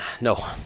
No